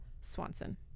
swanson